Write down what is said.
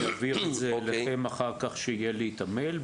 אני אעביר את זה אחר כך, כשיהיה לי את המייל.